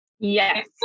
Yes